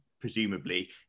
presumably